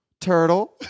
Turtle